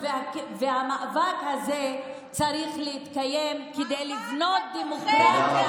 המאבק הזה צריך להתקיים כדי לבנות דמוקרטיה